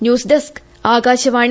news desk Akashvani